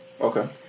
Okay